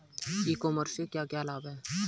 ई commerce से क्या क्या लाभ हैं?